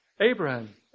Abraham